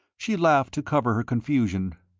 she laughed to cover her confusion.